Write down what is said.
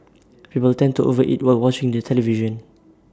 people tend to over eat while watching the television